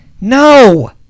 No